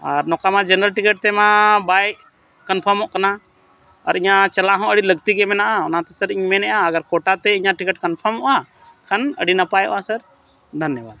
ᱟᱨ ᱱᱚᱝᱠᱟᱢᱟ general ticket ᱛᱮᱢᱟ ᱵᱟᱭ ᱠᱚᱱᱯᱷᱟᱨᱢᱚᱜ ᱠᱟᱱᱟ ᱟᱨ ᱤᱧᱟᱹᱜ ᱪᱟᱞᱟᱣᱦᱚᱸ ᱟᱹᱰᱤ ᱞᱟᱹᱠᱛᱤᱜᱮ ᱢᱮᱱᱟᱜᱼᱟ ᱚᱱᱟᱛᱮ ᱥᱟᱨ ᱤᱧ ᱢᱮᱱᱮᱜᱼᱟ ᱟᱜᱟᱨ ᱠᱳᱴᱟᱛᱮ ᱤᱧᱟᱹᱜ ᱴᱤᱠᱤᱴ ᱠᱚᱱᱯᱷᱟᱨᱢᱚᱜᱼᱟ ᱠᱷᱟᱱ ᱟᱹᱰᱤ ᱱᱟᱯᱟᱭᱚᱜᱼᱟ ᱥᱟᱨ ᱫᱷᱚᱱᱱᱚᱵᱟᱫᱽ